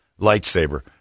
lightsaber